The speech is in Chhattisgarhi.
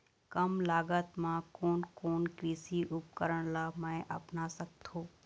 कम लागत मा कोन कोन कृषि उपकरण ला मैं अपना सकथो?